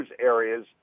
areas